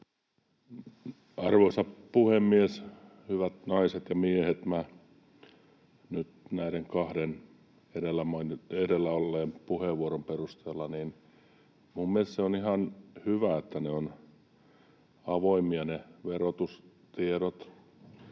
Arvoisa puhemies! Hyvät naiset ja miehet! Nyt näiden kahden edellä olleen puheenvuoron perusteella minun mielestäni se on ihan hyvä, että verotustiedot ovat avoimia.